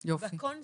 בקונספט,